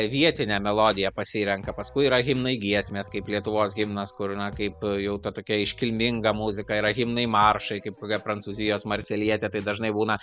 vietinę melodiją pasirenka paskui yra himnai giesmės kaip lietuvos himnas kur na kaip jau ta tokia iškilminga muzika yra himnai maršai kaip kokia prancūzijos marselietė tai dažnai būna